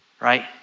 Right